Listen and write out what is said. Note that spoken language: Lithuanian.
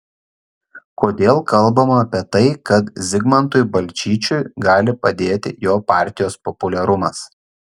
kodėl kalbama apie tai kad zigmantui balčyčiui gali padėti jo partijos populiarumas